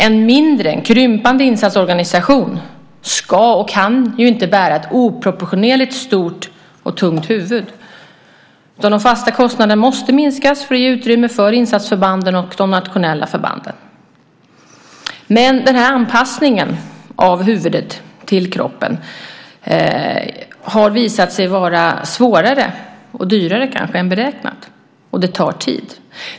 En mindre, krympande, insatsorganisation ska och kan ju inte bära ett oproportionerligt stort och tungt huvud. De fasta kostnaderna måste minskas för att ge utrymme för insatsförbanden och de nationella förbanden. Men den här anpassningen av huvudet till kroppen har visat sig vara svårare, och kanske dyrare, än beräknat. Och det tar tid.